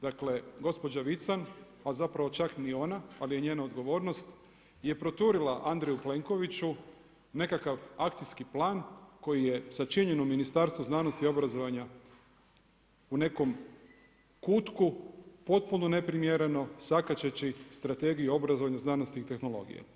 Dakle gospođa Vican ali zapravo čak ni ona, ali je njena odgovornost, je proturila Andreju Plenkoviću nekakav akcijski plan koji je sačinjen u Ministarstvu znanosti i obrazovanja u nekom kutku, potpuno neprimjereno sakačeći Strategiju obrazovanja, znanosti tehnologije.